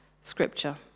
scripture